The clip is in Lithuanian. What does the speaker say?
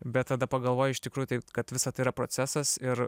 bet tada pagalvoji iš tikrųjų tai kad visa tai yra procesas ir